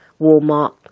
Walmart